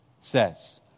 says